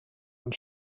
und